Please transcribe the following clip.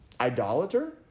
Idolater